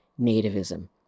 nativism